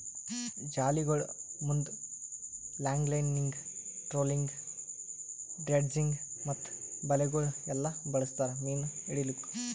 ಜಾಲಿಗೊಳ್ ಮುಂದ್ longlining, trolling, dredging ಮತ್ತ ಬಲೆಗೊಳ್ ಎಲ್ಲಾ ಬಳಸ್ತಾರ್ ಮೀನು ಹಿಡಿಲುಕ್